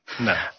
no